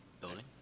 building